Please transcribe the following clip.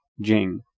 jing